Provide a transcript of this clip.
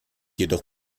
jedoch